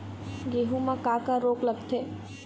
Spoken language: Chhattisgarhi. गेहूं म का का रोग लगथे?